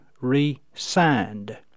resigned